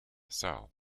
sal